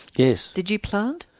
yes. did you plant?